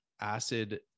acid